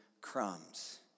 crumbs